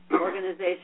organization